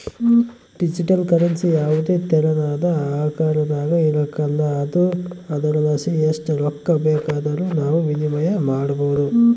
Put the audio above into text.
digital currency ಯಾವುದೇ ತೆರನಾದ ಆಕಾರದಾಗ ಇರಕಲ್ಲ ಆದುರಲಾಸಿ ಎಸ್ಟ್ ರೊಕ್ಕ ಬೇಕಾದರೂ ನಾವು ವಿನಿಮಯ ಮಾಡಬೋದು